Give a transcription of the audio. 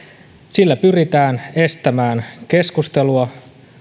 sillä pyritään estämään keskustelua